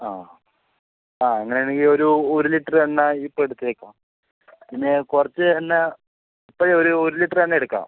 ആ ആ അങ്ങനെ ആണെങ്കീൽ ഒരു ഒരു ലിറ്ററ് എണ്ണ ഇപ്പം എടുത്തേക്കോ പിന്നെ കുറച്ച് എണ്ണ ഇപ്പഴ് ഒരു ഒരു ലിറ്ററ് എണ്ണ എടുക്കാം